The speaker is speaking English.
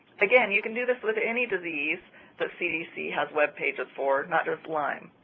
again, you can do this with any disease the cdc has web pages for, not just lyme.